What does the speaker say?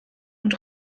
und